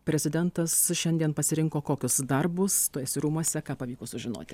prezidentas šiandien pasirinko kokius darbus tu esi rūmuose ką pavyko sužinoti